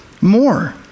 more